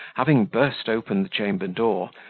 having burst open the chamber door,